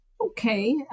Okay